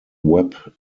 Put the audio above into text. web